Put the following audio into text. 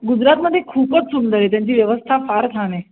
गुजरातमध्ये खूपच सुंदर आहे त्यांची व्यवस्था फार छान आहे